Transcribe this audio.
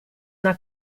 una